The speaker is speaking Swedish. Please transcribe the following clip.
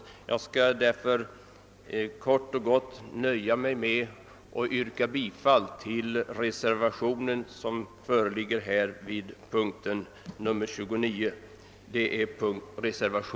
Därför skall jag helt kort nöja mig med att yrka bifall till reservationen 6 vid punkten 29.